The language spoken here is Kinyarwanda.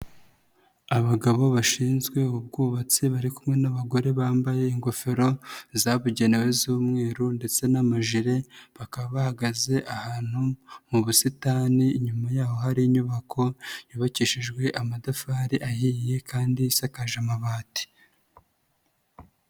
Abagabo bashinzwe ubwubatsi bari kumwe n'abagore bambaye ingofero zabugenewe z'umweru ndetse n'amajire, bakaba bahagaze ahantu mu busitani inyuma yaho hari inyubako, yubakishijwe amatafari ahiye kandi isakaje amabati.